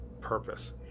purpose